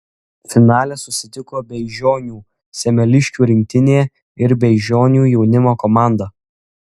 finale susitiko beižionių semeliškių rinktinė ir beižionių jaunimo komanda